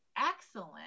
excellent